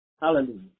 Hallelujah